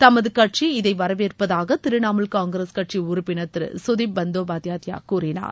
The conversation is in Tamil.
தமது கட்சி இதை வரவேற்பதாக திரிணமூல் காங்கிரஸ் கட்சி உறுப்பினர் திரு கதிப் பந்தோபாத்தியாயா கூறினார்